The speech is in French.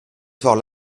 fort